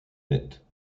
nette